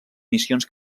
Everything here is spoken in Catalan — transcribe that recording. missions